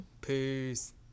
Peace